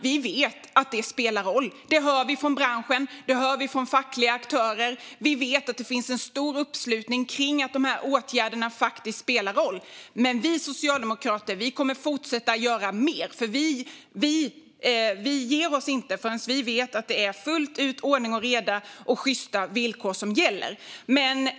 Vi vet att det spelar roll. Det hör vi från branschen och från fackliga aktörer. Vi vet också att det finns en stor uppslutning bakom att åtgärderna faktiskt spelar roll. Men vi socialdemokrater kommer att fortsätta göra mer. Vi ger oss inte förrän vi vet att det är ordning och reda och sjysta villkor som gäller fullt ut.